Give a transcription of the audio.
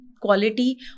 quality